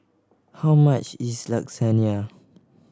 how much is Lasagne